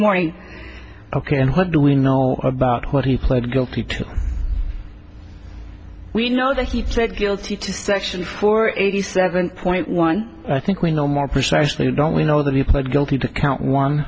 morning ok and what do we know about what he pled guilty to we know that he pled guilty to section four eighty seven point one i think we know more precisely don't we know that he pled guilty to count one